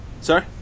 Sorry